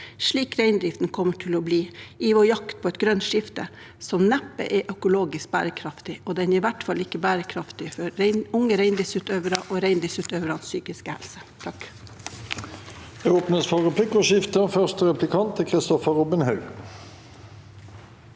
slik reindriften kommer til å bli det i vår jakt på et grønt skifte som neppe er økologisk bærekraftig. Det er i hvert fall ikke bærekraftig for unge reindriftsutøvere og reindriftsutøvernes psykiske helse.